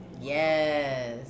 Yes